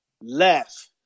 left